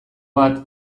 bat